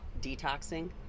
detoxing